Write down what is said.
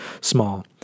small